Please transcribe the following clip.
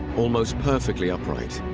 almost perfectly upright.